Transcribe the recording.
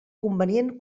convenient